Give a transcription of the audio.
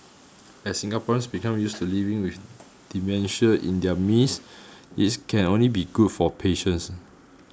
as Singaporeans become used to living with dementia in their midst this can only be good for patients